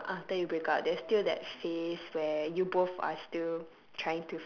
you know after you break up there's still that phase where you both are still